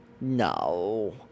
No